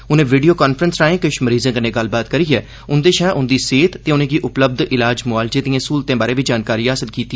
उने video conference राए किश मरीजे कन्नै गल्लबात करियै उदे शा उदी सेहत ते उने गी उपलब्ध इलाज मुआलजे दिए स्हूलतें बारै बी जानकारी हासल कीती